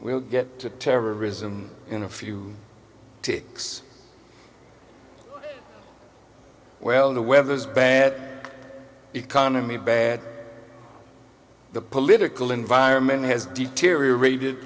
will get to terrorism in a few ticks well the weather's bad economy bad the political environment has deteriorated